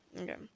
okay